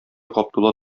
габдулла